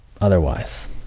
otherwise